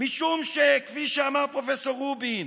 משום שכפי שאמר פרופ' רובין,